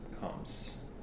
comes